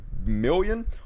million